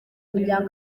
imiryango